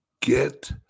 get